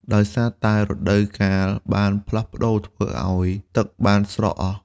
ដោយសារតែរដូវកាលបានផ្លាស់ប្ដូរធ្វើអោយទឹកបានស្រកអស់។